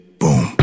boom